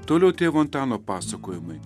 toliau tėvo antano pasakojimai